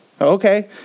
Okay